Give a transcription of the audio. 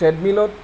ট্ৰেডমিলত